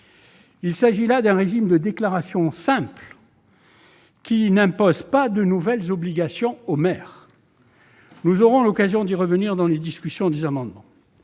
Il s'agit là d'un régime de déclaration simple qui n'impose pas de nouvelles obligations aux maires. Nous aurons l'occasion d'y revenir au cours de la discussion des amendements.